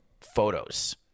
photos